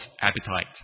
appetite